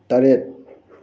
ꯇꯔꯦꯠ